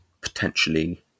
potentially